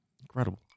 Incredible